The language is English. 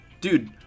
Dude